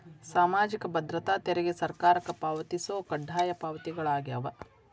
ಸಾಮಾಜಿಕ ಭದ್ರತಾ ತೆರಿಗೆ ಸರ್ಕಾರಕ್ಕ ಪಾವತಿಸೊ ಕಡ್ಡಾಯ ಪಾವತಿಗಳಾಗ್ಯಾವ